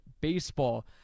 Baseball